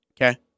Okay